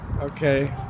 Okay